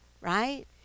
Right